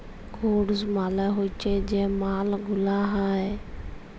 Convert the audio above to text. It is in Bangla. গুডস মালে হচ্যে যে মাল গুলা হ্যয়